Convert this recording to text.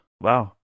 wow